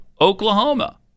Oklahoma